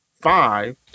five